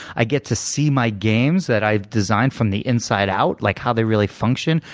i get to see my games that i've designed from the inside out, like how they really function.